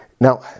Now